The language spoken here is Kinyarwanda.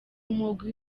umugwi